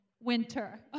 winter